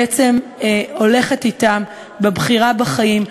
בעצם הולכת אתם בבחירה בחיים,